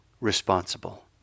responsible